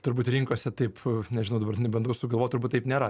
turbūt rinkose taip nežinau dabar bandau sugalvot turbūt taip nėra